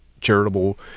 charitable